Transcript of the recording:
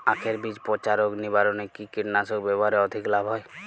আঁখের বীজ পচা রোগ নিবারণে কি কীটনাশক ব্যবহারে অধিক লাভ হয়?